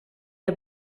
het